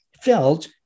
felt